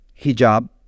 hijab